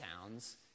towns